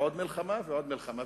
בעוד מלחמה ועוד מלחמה.